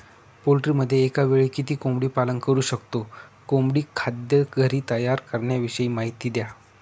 पोल्ट्रीमध्ये एकावेळी किती कोंबडी पालन करु शकतो? कोंबडी खाद्य घरी तयार करण्याविषयी माहिती द्या